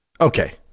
Okay